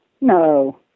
No